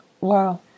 Wow